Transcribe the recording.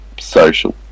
social